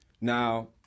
Now